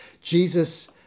Jesus